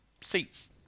seats